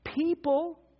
people